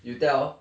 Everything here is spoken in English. you tell